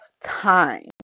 time